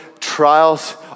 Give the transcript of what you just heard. trials